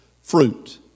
fruit